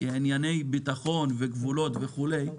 בענייני ביטחון וגבולות וכולי,